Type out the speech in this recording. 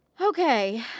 Okay